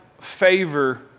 favor